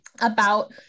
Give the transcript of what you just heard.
about-